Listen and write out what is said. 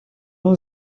اون